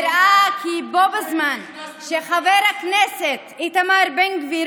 נראה כי בו בזמן שחבר הכנסת איתמר בן גביר